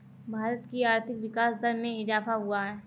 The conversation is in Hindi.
भारत की आर्थिक विकास दर में इजाफ़ा हुआ है